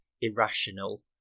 irrational